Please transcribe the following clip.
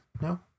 no